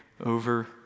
over